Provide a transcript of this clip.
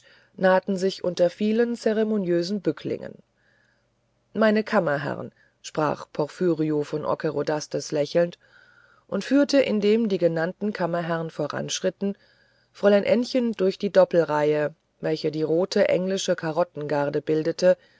nahten sich unter vielen zeremoniösen bücklingen meine kammerherrn sprach porphyrio von ockerodastes lächelnd und führte indem die genannten kammerherrn voranschritten fräulein ännchen durch die doppeltreihe welche die rote englische karottengarde bildete